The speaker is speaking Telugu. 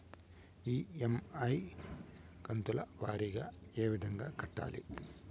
ఇ.ఎమ్.ఐ కంతుల వారీగా ఏ విధంగా కట్టాలి